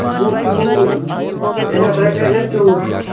وُہ کِلوٗ ترٛےٚ ہتھ رۄپیہِ اگر کِلوٗ چھُ